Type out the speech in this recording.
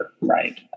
right